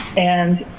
and,